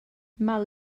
mal